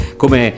come